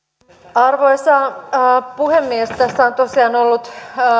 arvoisa puhemies tässä on tosiaan ollut